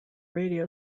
radio